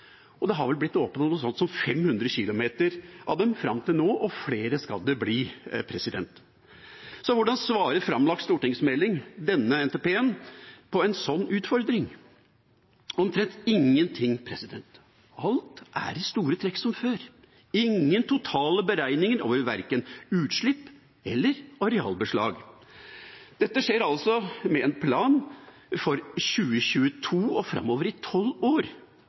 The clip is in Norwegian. det har vel blitt åpnet noe sånt som 500 km av dem fram til nå, og flere skal det bli. Så hvordan svarer den framlagte stortingsmeldinga, denne NTP-en, på en slik utfordring? Med omtrent ingenting. Alt er i store trekk som før. Det er ingen totale beregninger av verken utslipp eller arealbeslag. Dette skjer altså med en plan for 2022 og framover i tolv år.